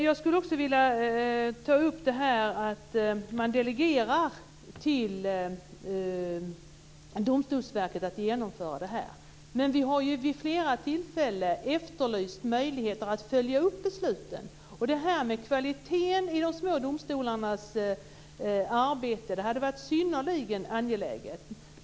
Jag skulle också vilja ta upp detta att man delegerar till Domstolsverket att genomföra detta. Men vi har vid flera tillfällen efterlyst möjligheter att följa upp besluten. Kvaliteten i de små domstolarnas arbete hade det varit synnerligen angeläget att följa upp.